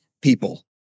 people